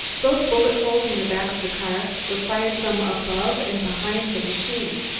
those bullet holes in the back of the car were fired from above and behind the machine.